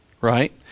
right